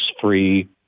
free